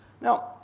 Now